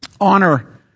honor